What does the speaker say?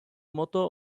motto